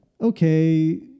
okay